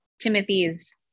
Timothy's